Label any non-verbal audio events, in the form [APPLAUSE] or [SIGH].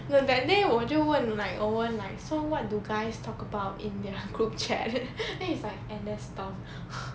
no that day 我就问 like so what do guys talk about in their group chat [LAUGHS] then it's N_S stuff [LAUGHS]